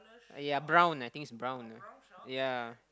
ya brown I think it's brown ya